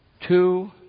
Two